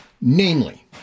namely